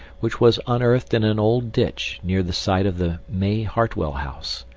which was unearthed in an old ditch near the site of the may-hartwell house.